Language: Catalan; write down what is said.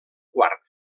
quart